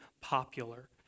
popular